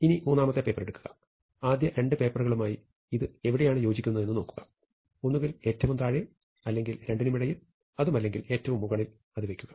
ഇനി മൂന്നാമത്തെ പേപ്പർ എടുക്കുക ആദ്യ രണ്ട് പേപ്പറുകളുമായി ഇത് എവിടെയാണ് യോജിക്കുന്നതെന്ന് നോക്കുക ഒന്നുകിൽ ഏറ്റവും താഴെ അല്ലെങ്കിൽ രണ്ടിനുമിടയിൽ അതുമല്ലെങ്കിൽ ഏറ്റവും മുകളിൽ അത് വെക്കുക